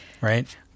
right